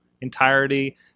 entirety